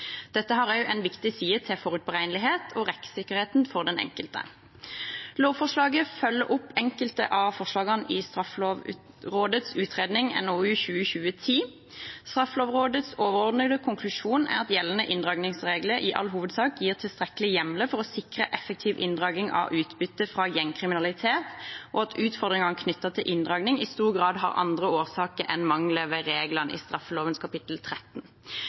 Dette har også en viktig side til forutberegnelighet og rettssikkerheten for den enkelte. Lovforslaget følger opp enkelte av forslagene i Straffelovrådets utredning NOU 2020:10. Straffelovrådets overordnede konklusjon er at gjeldende inndragningsregler i all hovedsak gir tilstrekkelige hjemler for å sikre effektiv inndragning av utbytte fra gjengkriminalitet, og at utfordringene knyttet til inndragning i stor grad har andre årsaker enn mangler ved reglene i straffeloven kapittel 13.